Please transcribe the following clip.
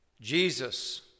Jesus